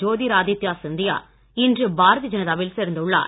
ஜோதிராதித்யா சிந்தியா இன்று பாரதிய ஜனதாவில் சேர்ந்துள்ளார்